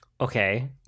Okay